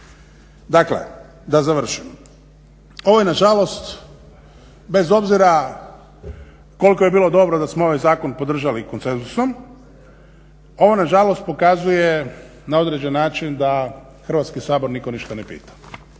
Dakle da završim, ovo je nažalost bez obzira koliko je bilo dobro da smo ovaj zakon podržali konsenzusom ovo nažalost pokazuje na određen način da Hrvatski sabor nitko ništa ne pita.